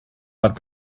not